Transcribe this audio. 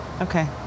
okay